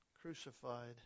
crucified